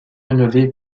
rénové